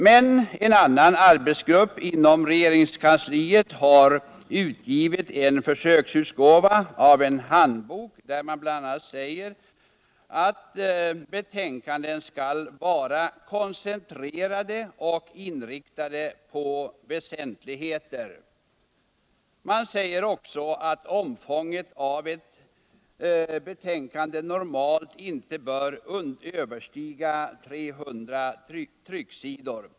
Men en annan arbetsgrupp inom regeringens kansli har utgivit en försöksutgåva av en handbok, där man bl.a. säger att betänkanden skall vara koncentrerade och inriktade på väsentligheter. Man säger också att omfånget av ett betänkande normalt inte bör överstiga 300 trycksidor.